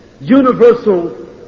universal